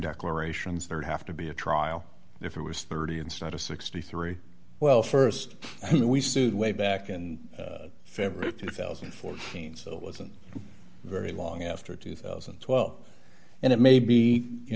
declarations there have to be a trial if it was thirty instead of sixty three well st we sued way back in february two thousand and fourteen so it wasn't very long after two thousand and twelve and it may be you